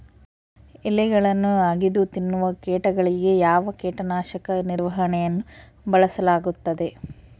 ಎಲೆಗಳನ್ನು ಅಗಿದು ತಿನ್ನುವ ಕೇಟಗಳಿಗೆ ಯಾವ ಕೇಟನಾಶಕದ ನಿರ್ವಹಣೆಯನ್ನು ಬಳಸಲಾಗುತ್ತದೆ?